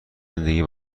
زندگی